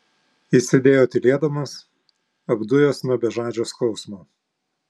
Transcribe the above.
jis sėdėjo tylėdamas apdujęs nuo bežadžio skausmo